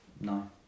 No